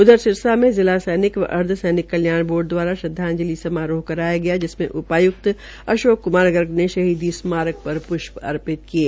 उधर सिरसा में जिला सैनिक व अर्धसैनिक कल्याण बोर्ड दवाराश्रदवाजंलि समारोह कराया गया जिसमें उपाय्क्त अशोक क्मार शर्मा ने शहीदी स्मारक पर प्ष्प अर्पित किये